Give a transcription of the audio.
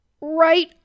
Right